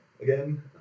again